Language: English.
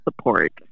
support